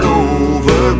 over